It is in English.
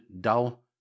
dull